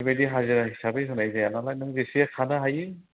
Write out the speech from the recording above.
बेबायदि हाजिरा हिसाबै होनाय जाया नालाय नों बेसे खानो हायो